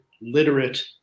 literate